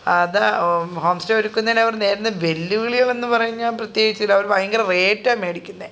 അതാ homestay ഒരുക്കുന്നതിന് അവർ നേരിടുന്ന വെല്ലുവിളികളെന്നു പറഞ്ഞാൽ പ്രത്യേകിച്ച് അവർ ഭയങ്കര റേറ്റാണ് മേടിക്കുന്നത്